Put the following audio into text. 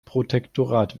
protektorat